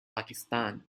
pakistan